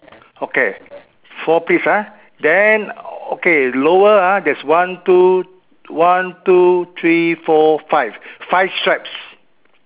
okay four pleats ah then okay lower ah there's one two one two three four five five stripes